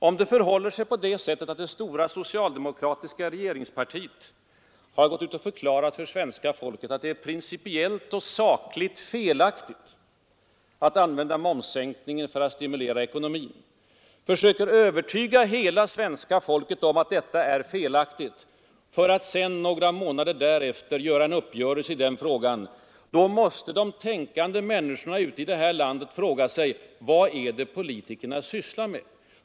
När det förhåller sig på det viset att det stora socialdemokratiska regeringspartiet har gått ut och försökt övertyga hela svenska folket om att det är principiellt och sakligt felaktigt att använda sig av momssänkning för att stimulera ekonomin, och sedan några månader därefter träffar en uppgörelse med andra partier i den frågan, då måste de tänkande människorna i detta land fråga sig: Vad är det politikerna sysslar med?